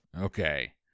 Okay